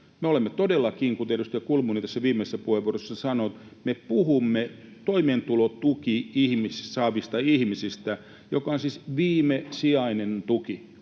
Me puhumme todellakin, kuten edustaja Kulmuni tässä viimeisessä puheenvuorossa sanoi, toimeentulotukea saavista ihmisistä, joka on siis viimesijainen tuki.